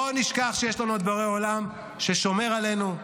לא נשכח שיש לנו את בורא עולם ששומר עלינו,